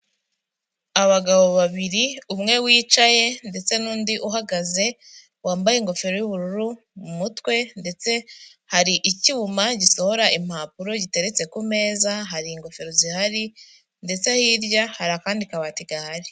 Abagabo babiri, umwe wicaye ndetse n'undi uhagaze wambaye ingofero y'ubururu mu mutwe ndetse hari icyuma gisohora impapuro giteretse ku meza, hari ingofero zihari ndetse hirya hari akandi kabati gahari.